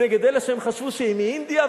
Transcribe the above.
נגד אלה שהם חשבו שהם מאינדיה,